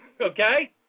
Okay